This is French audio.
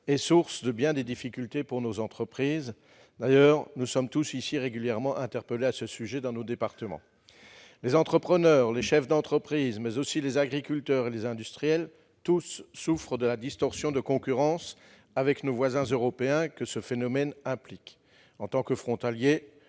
est source de bien des difficultés pour nos entreprises. D'ailleurs, nous sommes tous ici régulièrement interpellés à ce sujet dans nos départements. Les entrepreneurs, les chefs d'entreprise, mais aussi les agriculteurs et les industriels, tous souffrent de la distorsion de concurrence avec nos voisins européens que ce phénomène implique. En tant que frontalier,